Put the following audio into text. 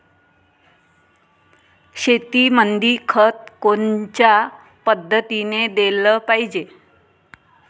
शेतीमंदी खत कोनच्या पद्धतीने देलं पाहिजे?